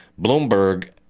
Bloomberg